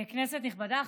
כנסת נכבדה,